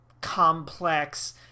complex